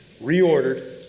reordered